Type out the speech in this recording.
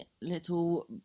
little